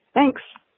thanks